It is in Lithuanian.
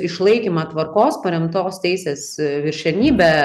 išlaikymą tvarkos paremtos teisės viršenybe